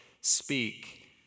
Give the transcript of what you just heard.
speak